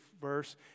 verse